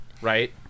Right